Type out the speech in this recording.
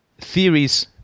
theories